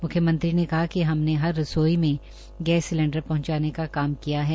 मुख्यमंत्री ने कहा कि हमने हर रसोई में गैस सिलिंडर पहँचाने का काम किया है